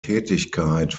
tätigkeit